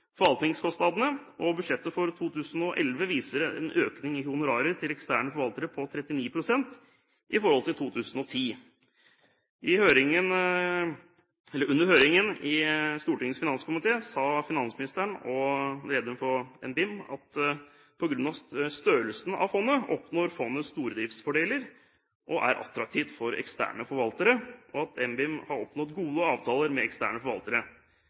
forvaltningskostnadene, og budsjettet for 2011 viser en økning i honorarer til eksterne forvaltere på 39 pst. i forhold til 2010. Under høringen i Stortingets finanskomité sa finansministeren og lederen for NBIM, at på grunn av størrelsen av fondet oppnår SPU stordriftsfordeler og er attraktiv for eksterne forvaltere, og at NBIM har oppnådd gode avtaler med eksterne forvaltere.